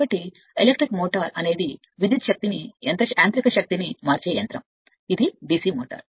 కాబట్టి electric motor అనేది విద్యుత్ శక్తిని యాంత్రిక శక్తిని మార్చే యంత్రం ఇది DC మోటారు